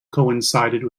coincided